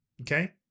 okay